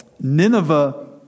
Nineveh